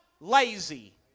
lazy